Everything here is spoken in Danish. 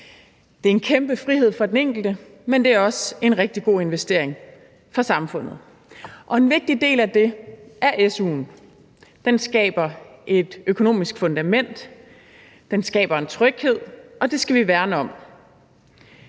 Det er en kæmpe frihed for den enkelte, men det er også en rigtig god investering for samfundet. Og en vigtig del af det er su'en. Den skaber et økonomisk fundament, den skaber en tryghed, og det skal vi værne om.